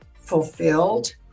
fulfilled